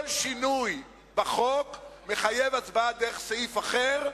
כל שינוי בחוק מחייב הצבעה דרך סעיף אחר,